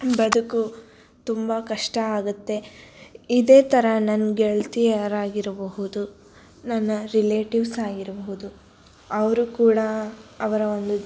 ಬದುಕು ತುಂಬ ಕಷ್ಟ ಆಗುತ್ತೆ ಇದೇ ಥರ ನನ್ನ ಗೆಳ್ತಿಯರು ಆಗಿರಬಹುದು ನನ್ನ ರಿಲೇಟಿವ್ಸ್ ಆಗಿರಬಹ್ದು ಅವರೂ ಕೂಡ ಅವರ ಒಂದು